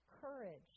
courage